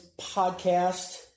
podcast